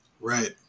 Right